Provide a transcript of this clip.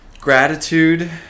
gratitude